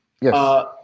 Yes